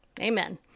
Amen